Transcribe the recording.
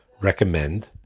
recommend